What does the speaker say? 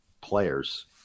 players